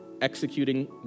executing